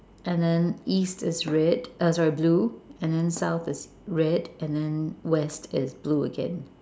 and then east is red uh sorry blue and then south is red and then west is blue again